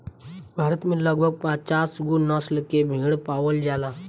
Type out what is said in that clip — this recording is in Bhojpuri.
भारत में लगभग पाँचगो नसल के भेड़ पावल जाला